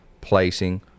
placing